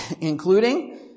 including